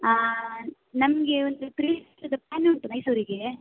ಹಾಂ ನಮಗೆ ಒಂದು ತ್ರೀ ಪ್ಲ್ಯಾನ್ ಉಂಟು ಮೈಸೂರಿಗೆ